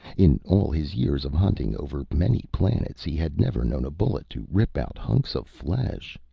in all his years of hunting, over many planets, he had never known a bullet to rip out hunks of flesh.